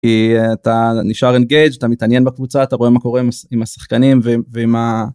אתה נשאר engaged, אתה מתעניין בקבוצה, אתה רואה מה קורה עם השחקנים ועם ה...